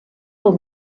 del